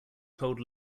told